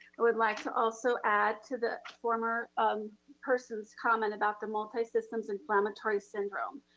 i would like to also add to the former um person's comment about the multisystems inflammatory syndrome.